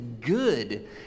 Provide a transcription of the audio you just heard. good